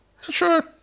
Sure